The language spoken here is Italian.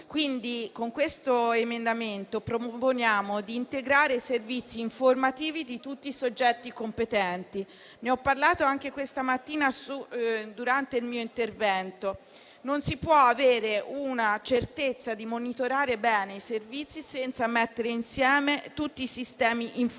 Con questo emendamento proponiamo quindi di integrare servizi informativi di tutti i soggetti competenti. Come ho già detto questa mattina durante il mio intervento, non si può avere la certezza di monitorare bene i servizi senza mettere insieme tutti i sistemi informativi.